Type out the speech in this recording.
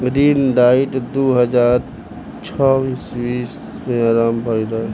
ऋण डाइट दू हज़ार छौ ईस्वी में आरंभ भईल रहे